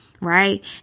Right